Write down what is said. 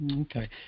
okay